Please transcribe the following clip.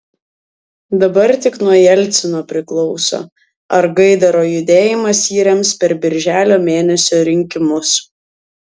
dabar tik nuo jelcino priklauso ar gaidaro judėjimas jį rems per birželio mėnesio rinkimus